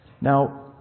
Now